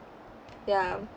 ya